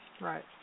Right